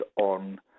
on